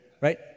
right